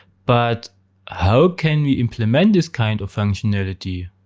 but how can we implement this kind of functionality?